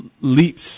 leaps